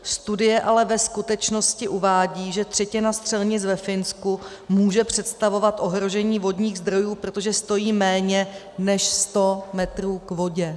Studie ale ve skutečnosti uvádí, že třetina střelnic ve Finsku může představovat ohrožení vodních zdrojů, protože stojí méně než sto metrů k vodě.